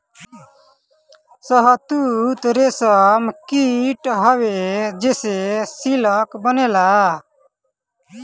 शहतूत रेशम कीट हवे जेसे सिल्क बनेला